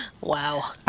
Wow